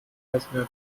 eismeer